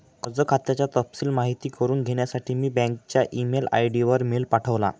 कर्ज खात्याचा तपशिल माहित करुन घेण्यासाठी मी बँकच्या ई मेल आय.डी वर मेल पाठवला